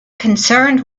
concerned